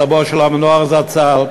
סבו של המנוח זצ"ל,